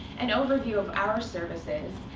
an overview of our services,